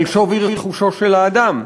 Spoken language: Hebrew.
על שווי רכושו של האדם.